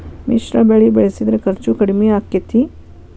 ಮಿಶ್ರ ಬೆಳಿ ಬೆಳಿಸಿದ್ರ ಖರ್ಚು ಕಡಮಿ ಆಕ್ಕೆತಿ?